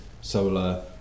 solar